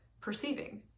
perceiving